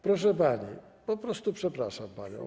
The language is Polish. Proszę pani, po prostu przepraszam panią.